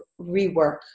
rework